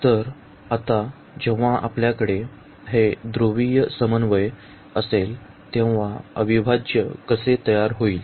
तर आता जेव्हा आपल्याकडे हे ध्रुवीय समन्वय असेल तेव्हा अविभाज्य कसे तयार होईल